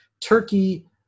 Turkey